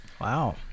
Wow